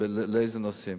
ובאילו נושאים.